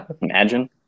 Imagine